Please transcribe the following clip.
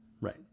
Right